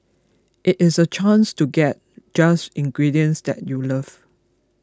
it is a chance to get just ingredients that you love